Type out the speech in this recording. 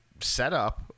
setup